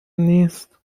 نیست